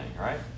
right